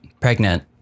pregnant